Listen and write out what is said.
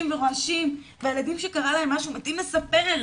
ורועשים וילדים שקרה להם משהו הם מתים לספר,